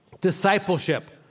Discipleship